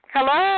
Hello